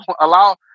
allow